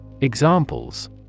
Examples